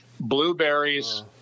blueberries